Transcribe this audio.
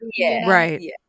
right